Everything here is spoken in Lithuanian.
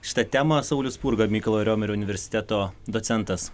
šitą temą saulius spurga mykolo riomerio universiteto docentas